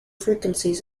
frequencies